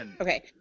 Okay